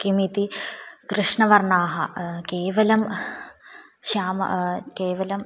किमिति कृष्णवर्णाः केवलं श्यामः केवलं